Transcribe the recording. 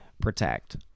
protect